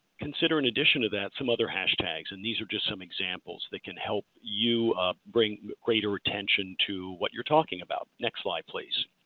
consider in addition to that some other hashtags, and these are just some examples that can help you bring greater attention to what you're talking about. next slide please.